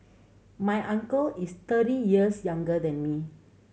my uncle is thirty years younger than me